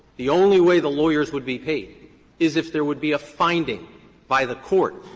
the only way the lawyers would be paid is if there would be a finding by the court